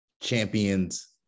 Champions